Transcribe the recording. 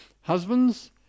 husbands